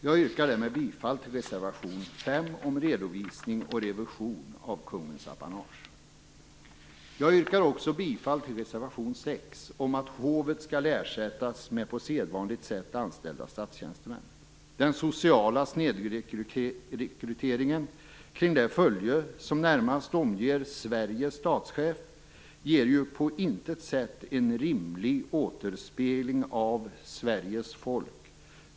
Jag yrkar därmed bifall till reservation 5 om redovisning och revision av kungens apanage. Jag yrkar också bifall till reservation 6 om att hovet skall ersättas med på sedvanligt sätt anställda statstjänstemän. Den sociala snedrekryteringen kring det följe som närmast omger Sveriges statschef ger på intet sätt en rimlig återspegling av Sveriges folk.